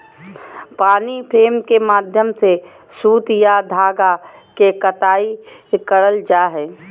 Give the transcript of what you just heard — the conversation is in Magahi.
पानी फ्रेम के माध्यम से सूत या धागा के कताई करल जा हय